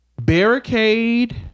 Barricade